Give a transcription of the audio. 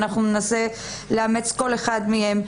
ואנחנו ננסה לאמץ כל אחד מהם,